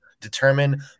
determine